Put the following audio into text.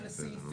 היא